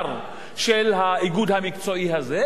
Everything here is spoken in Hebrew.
לבשר של האיגוד המקצועי הזה,